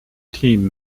team